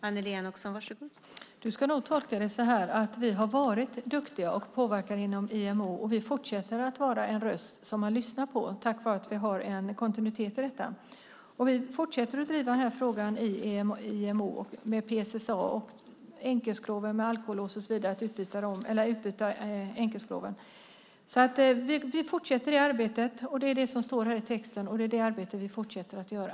Fru talman! Du ska nog tolka det som att vi har varit duktiga och påverkat inom IMO. Vi fortsätter att vara en röst som man lyssnar på tack vare att vi har en kontinuitet i detta. Vi fortsätter att driva frågorna inom IMO: om PSSA, att byta ut enkelskroven, om alkolås och så vidare. Vi fortsätter det arbetet. Det är det som står i texten. Det är det arbete vi fortsätter att göra.